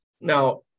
Now